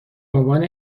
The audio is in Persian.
عنوان